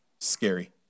scary